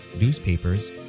newspapers